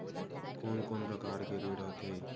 कोन कोन प्रकार के ऋण होथे?